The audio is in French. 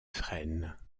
frênes